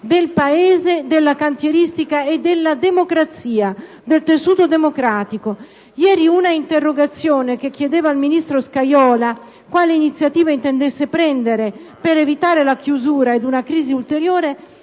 del Paese, della cantieristica e del tessuto democratico. Ieri, un'interrogazione che chiedeva al ministro Scajola quale iniziativa intendesse prendere per evitare la chiusura e una crisi ulteriore